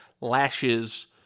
lashes